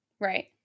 Right